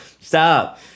Stop